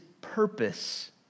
purpose